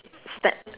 step